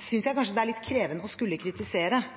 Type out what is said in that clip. synes jeg kanskje det er litt krevende å skulle kritisere